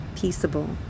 peaceable